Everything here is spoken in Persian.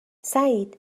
سعید